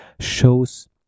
shows